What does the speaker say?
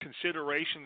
considerations